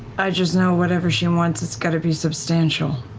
i just know whatever she wants, it's got to be substantial.